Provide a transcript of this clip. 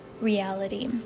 reality